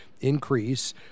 increase